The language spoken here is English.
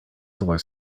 solar